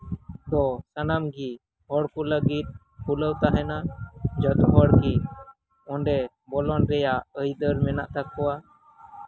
ᱠᱚ ᱥᱟᱱᱟᱢ ᱜᱤ ᱦᱚᱲ ᱠᱚ ᱞᱟᱹᱜᱤᱫ ᱠᱷᱩᱞᱟᱹᱣ ᱛᱟᱦᱮᱸᱱᱟ ᱡᱚᱛᱚ ᱦᱚᱲ ᱜᱤ ᱚᱸᱰᱮ ᱵᱚᱞᱚᱱ ᱨᱟᱭᱟᱜ ᱟᱹᱭᱫᱟᱹᱨ ᱢᱮᱱᱟᱜ ᱛᱟᱠᱚᱣᱟ